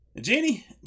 Jenny